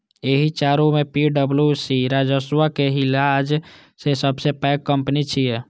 एहि चारू मे पी.डब्ल्यू.सी राजस्वक लिहाज सं सबसं पैघ कंपनी छै